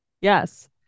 Yes